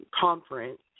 conference